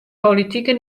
politike